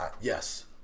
yes